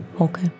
Okay